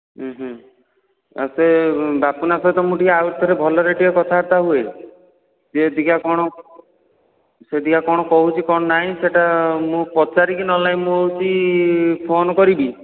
ଆଉ ସେ ବାପୁନା ସହିତ ମୁଁ ଟିକିଏ ଆଉ ଥରେ ଭଲରେ ଟିକିଏ କଥାବାର୍ତ୍ତା ହୁଏ ଯେ ଟିକିଏ କ'ଣ ସେ ଦେଖିବା କ'ଣ କହୁଛି କ'ଣ ନାହିଁ ସେଇଟା ମୁଁ ପଚାରିକି ନହେଲେ ନାହିଁ ମୁଁ ହେଉଛି ଫୋନ୍ କରିକି